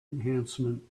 enhancement